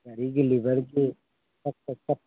ꯒꯥꯔꯤꯒꯤ ꯂꯤꯕꯔꯒꯤ